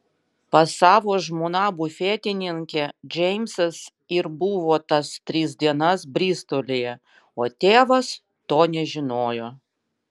pas savo žmoną bufetininkę džeimsas ir buvo tas tris dienas bristolyje o tėvas to nežinojo